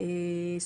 החלטות,